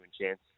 chance